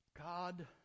God